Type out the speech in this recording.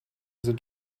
sind